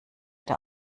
der